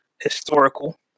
Historical